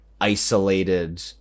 isolated